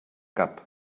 cap